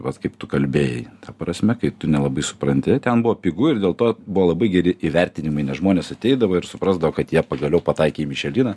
vat kaip tu kalbėjai ta prasme kai tu nelabai supranti ten buvo pigu ir dėl to buvo labai geri įvertinimai nes žmonės ateidavo ir suprasdavo kad jie pagaliau pataikė į mišeliną